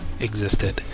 existed